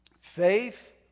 faith